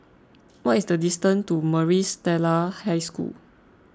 what is the distance to Maris Stella High School